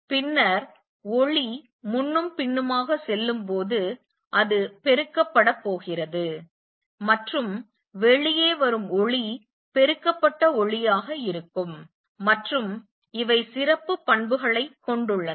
பின்னர் ஒளி முன்னும் பின்னுமாக செல்லும் போது அது பெருக்கப்படப் போகிறது மற்றும் வெளியே வரும் ஒளி பெருக்கப்பட்ட ஒளியாக இருக்கும் மற்றும் இவை சிறப்பு பண்புகளைக் கொண்டுள்ளன